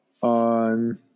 on